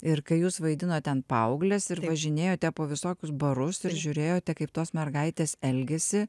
ir kai jūs vaidinot ten paaugles ir važinėjote po visokius barus ir žiūrėjote kaip tos mergaitės elgiasi